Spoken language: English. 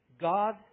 God